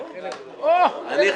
לחברת הכנסת איילת נחמיאס ורבין.